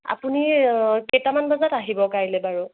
আপুনি কেইটামান বজাত আহিব কাইলৈ বাৰু